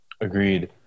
Agreed